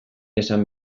esan